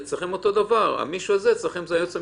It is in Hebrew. אצלכם מי שעושה את המיון הזה זה היועץ המשפטי.